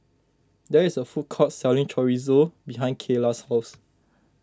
there is a food court selling Chorizo behind Keila's house